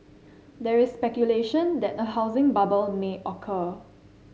there is speculation that a housing bubble may occur